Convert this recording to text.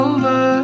Over